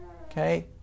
Okay